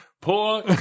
poor